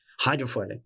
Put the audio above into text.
hydrofoiling